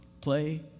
play